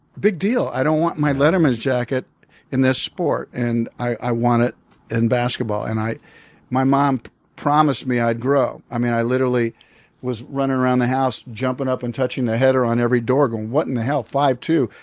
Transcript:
big deal i don't want my letterman jacket in this sport. and i want it in basketball. and my mom promised me i'd grow. i mean i literally was running around the house jumping up and touching the header on every door going what in the hell, five two?